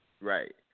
right